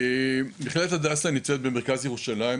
מכללת הדסה נמצאת במרכז ירושלים,